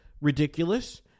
ridiculous